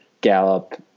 Gallup